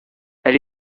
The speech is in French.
elle